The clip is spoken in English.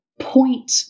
point